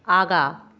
आगा